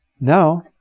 Now